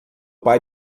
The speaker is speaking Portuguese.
pai